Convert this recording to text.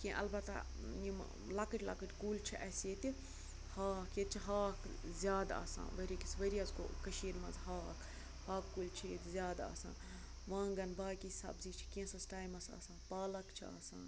کیٚنٛہہ اَلبَتہٕ یِم لۄکٕٹۍ لۄکٕٹۍ کُلۍ چھِ اَسہِ ییٚتہِ ہاکھ ییٚتہِ چھِ ہاکھ زیادٕ آسان ؤری کِس ؤریَس گوٚو کٔشیٖرِ مَنٛز ہاکھ ہاکہٕ کُلۍ چھِ ییٚتہِ زیادٕ آسان وانٛگَن باقٕے سبزی چھِ کینٛژھَس ٹایمَس آسان پالک چھِ آسان